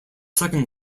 second